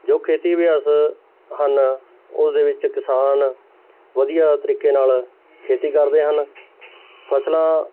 ਜੋ ਖੇਤੀ ਅਭਿਆਸ ਹਨ ਉਸਦੇ ਵਿੱਚ ਕਿਸਾਨ ਵਧੀਆ ਤਰੀਕੇ ਨਾਲ ਖੇਤੀ ਕਰਦੇ ਹਨ ਫਸਲਾਂ